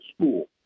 school